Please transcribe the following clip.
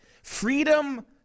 freedom